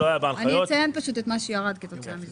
אני אציין פשוט את מה שירד כתוצאה מזה.